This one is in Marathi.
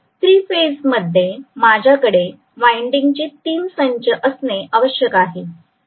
थ्री फेजमध्ये माझ्याकडे वाइंडिंग चे 3 संच असणे आवश्यक आहे